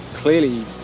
Clearly